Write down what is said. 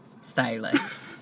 Stylist